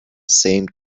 same